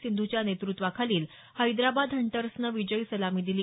सिंधूच्या नेतृत्वाखालील हैद्राबाद हंटर्सनं विजयी सलामी दिली